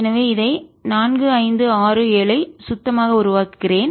எனவே இதை 4 5 6 7 ஐ சுத்தமாக உருவாக்குகிறேன்